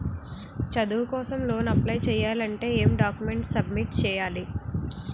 చదువు కోసం loan apply చేయాలి అంటే ఎం డాక్యుమెంట్స్ సబ్మిట్ చేయాలి?